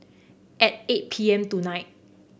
at eight P M tonight